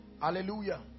Hallelujah